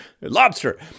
lobster